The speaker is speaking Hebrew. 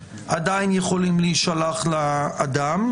עדיין יכולים להישלח לאדם.